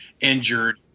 injured